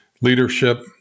leadership